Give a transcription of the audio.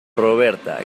roberta